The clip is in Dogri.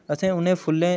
असें उ'नें फुल्लें